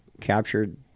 captured